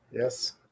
Yes